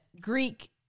Greek